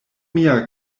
mia